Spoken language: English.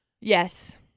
Yes